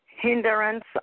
Hindrance